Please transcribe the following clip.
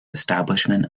establishment